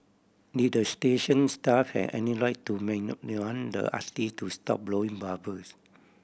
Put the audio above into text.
did the station staff have any right to the artist to stop blowing bubbles